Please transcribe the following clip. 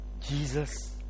Jesus